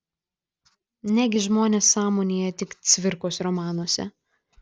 negi žmonės sąmonėja tik cvirkos romanuose